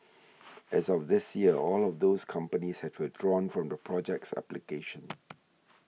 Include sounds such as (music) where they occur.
(noise) as of this year all of those companies had withdrawn from the project's application